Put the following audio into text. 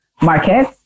market